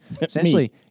essentially